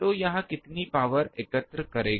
तो यह कितनी पावर एकत्र करेगा